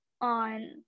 on